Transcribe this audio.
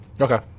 Okay